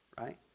right